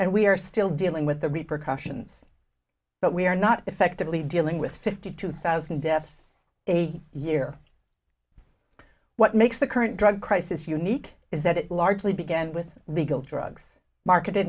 and we are still dealing with the repercussions but we are not effectively dealing with fifty two thousand deaths a year what makes the current drug crisis unique is that it largely began with legal drugs marketed